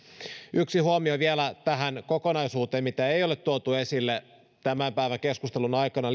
yksi huomio vielä tähän kokonaisuuteen mitä ei ole tuotu esille tämän päivän keskustelun aikana